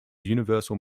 universal